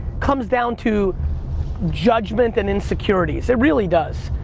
comes down to judgment and insecurities. it really does,